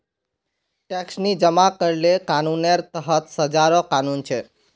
tax नी जमा करले कानूनेर तहत सजारो कानून छेक